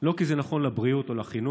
לא כי זה נכון לבריאות או לחינוך,